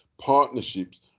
partnerships